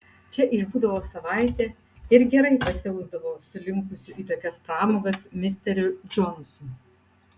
čia išbūdavo savaitę ir gerai pasiausdavo su linkusiu į tokias pramogas misteriu džonsu